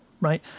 Right